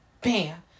Bam